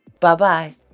Bye-bye